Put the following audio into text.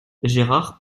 gérard